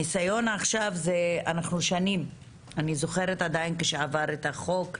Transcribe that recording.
הניסיון, מזה שנים, אני זוכרת את החוק שעבר,